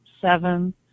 seven